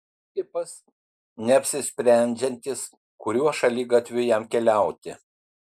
tipas neapsisprendžiantis kuriuo šaligatviu jam keliauti